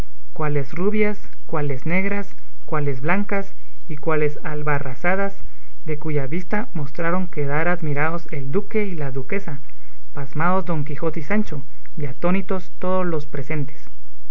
cuáles rubias cuáles negras cuáles blancas y cuáles albarrazadas de cuya vista mostraron quedar admirados el duque y la duquesa pasmados don quijote y sancho y atónitos todos los presentes